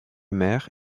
mère